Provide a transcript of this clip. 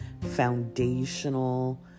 foundational